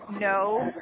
no